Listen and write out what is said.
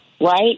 right